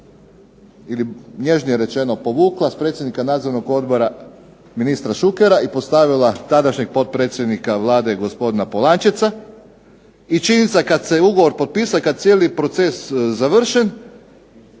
ili nježnije rečeno povukla s predsjednika Nadzornog odbora ministra Šukera i postavila tadašnjeg potpredsjednika Vlade gospodina Polančeca. I činjenica kad se je ugovor potpisao i kad je cijeli proces završen